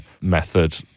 method